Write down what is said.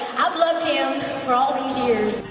i've loved him for all